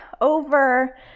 over